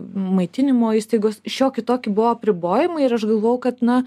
maitinimo įstaigos šiokie tokie buvo apribojimai ir aš galvojau kad na